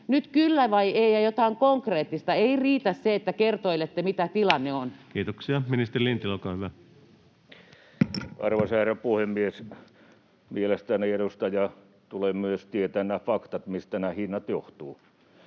Nyt ”kyllä” vai ”ei” ja jotain konkreettista. Ei riitä se, että kertoilette, mikä tilanne on. Kiitoksia. — Ministeri Lintilä, olkaa hyvä. Arvoisa herra puhemies! Mielestäni, edustaja, tulee myös tietää nämä faktat, mistä nämä hinnat johtuvat.